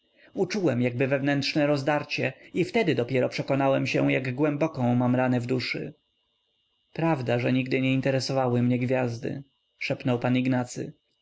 uczułem jakby wewnętrzne rozdarcie i wtedy dopiero przekonałem się jak głęboką mam ranę w duszy prawda że nigdy nie interesowały mnie gwiazdy szepnął pan ignacy